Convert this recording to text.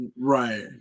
Right